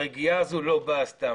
הרגיעה הזו לא באה סתם.